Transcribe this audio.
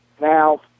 Now